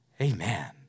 Amen